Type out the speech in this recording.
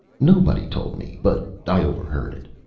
nobody told me, but i overheard it.